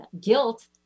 guilt